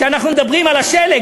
שאנחנו מדברים על השלג,